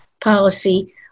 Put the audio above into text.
policy